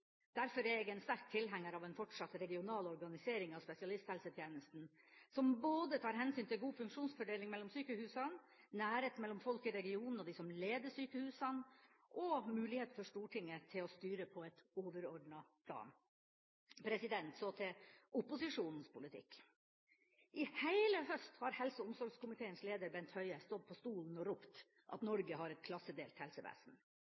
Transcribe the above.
Derfor er jeg en sterk tilhenger av en fortsatt regional organisering av spesialisthelsetjenesten, som tar hensyn til både god funksjonsfordeling mellom sykehusene, nærhet mellom folk i regionen og de som leder sykehusene, og mulighet for Stortinget til å styre på et overordnet plan. Så til opposisjonens politikk. I heile høst har helse- og omsorgskomiteens leder Bent Høie stått på talerstolen og ropt at Norge har et klassedelt helsevesen.